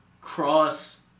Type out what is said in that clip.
cross